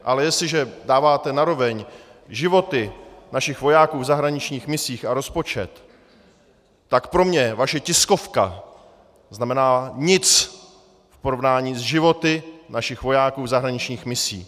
Ale jestliže dáváte na roveň životy našich vojáků v zahraničních misích a rozpočet, tak pro mě vaše tiskovka znamená nic v porovnání s životy našich vojáků v zahraničních misích.